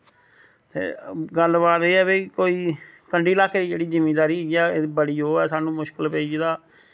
ते गल्ल बात एह् ऐ भाई कोई कंढी ल्हाके दी जेह्ड़ी जिमीदारी इयै बड़ी ओह ऐ स्हानू मुश्कल पेई गेदा